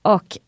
Och